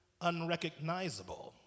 unrecognizable